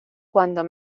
cuando